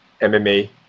MMA